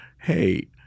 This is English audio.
hey